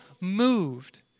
moved